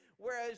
whereas